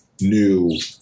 new